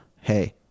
hey